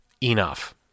enough